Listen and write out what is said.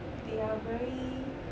they are very